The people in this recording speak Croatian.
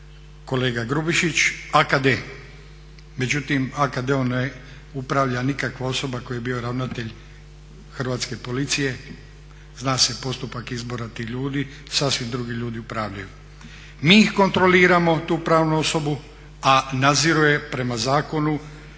kolega Grubišić AKD, međutim AKD-om ne upravlja nikakva osoba koji je bio ravnatelj Hrvatske policije. Zna se postupak izbora tih ljudi, sasvim drugi ljudi upravljaju. Mi ih kontroliramo tu pravnu osobu, a nadziru je prema zakonu